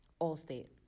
Allstate